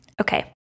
Okay